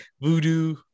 voodoo